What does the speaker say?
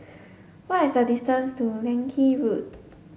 what is the distance to Leng Kee Road